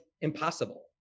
impossible